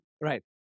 Right